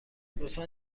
لطفا